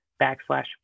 backslash